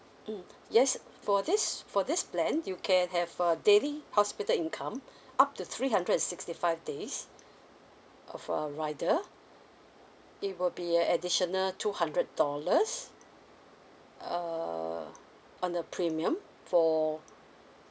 mm yes for this for this plan you can have a daily hospital income up to three hundred and sixty five days of a rider it will be a additional two hundred dollars err on the premium for